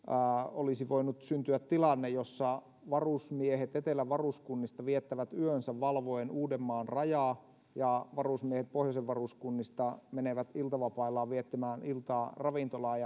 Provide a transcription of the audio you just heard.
olisi voinut syntyä tilanne jossa varusmiehet etelän varuskunnista viettävät yönsä valvoen uudenmaan rajaa ja varusmiehet pohjoisen varuskunnista menevät iltavapaillaan viettämään iltaa ravintolaan